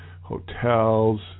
hotels